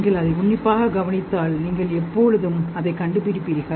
நீங்கள் அதை உன்னிப்பாகக் கவனித்தால் நீங்கள் எப்போதும் அதைக் கண்டுபிடிப்பீர்கள்